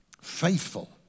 faithful